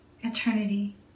eternity